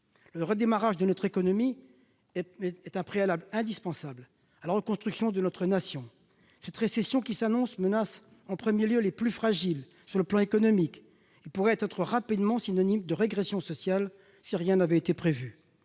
Le redémarrage de notre économie est un préalable indispensable à la reconstruction de notre nation. Cette récession qui s'annonce menace en premier lieu les plus fragiles sur le plan économique. Elle pourrait être rapidement synonyme de régression sociale si rien n'avait été prévu.